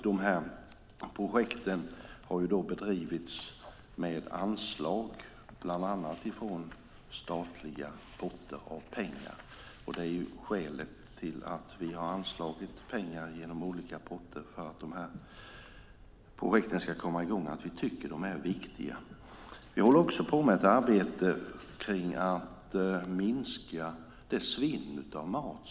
De här projekten har bedrivits med anslag bland annat från statliga potter av pengar. Skälet till att vi har anslagit pengar genom olika potter för att de här projekten ska komma i gång är att vi tycker att de är viktiga. Vi håller också på med ett arbete för att minska svinnet av mat.